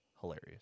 Hilarious